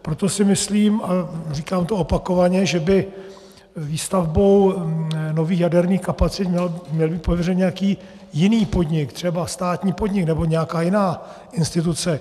Proto si myslím, a říkám to opakovaně, že by výstavbou nových jaderných kapacit měl být pověřen nějaký jiný podnik, třeba státní podnik nebo nějaká jiná instituce.